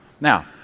Now